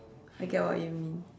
I get what you mean